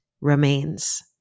remains